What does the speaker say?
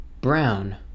brown